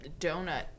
donut